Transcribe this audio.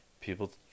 People